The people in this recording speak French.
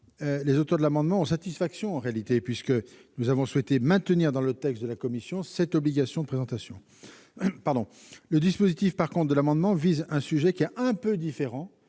les auteurs de l'amendement ont satisfaction, puisque nous avons souhaité maintenir dans le texte de la commission cette obligation de présentation. Le dispositif de l'amendement vise cependant un sujet un peu différent,